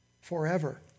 forever